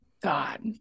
God